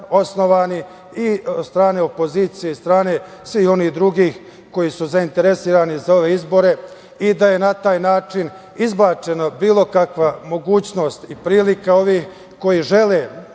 osnovani i od strane opozicije i od strane svih onih drugi koji su zainteresovani za ove izbore i da je na taj način izbačena bilo kakva mogućnost i prilika ovih koji žele